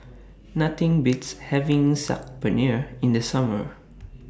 Nothing Beats having Saag Paneer in The Summer